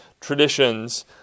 Traditions